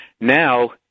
Now